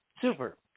Super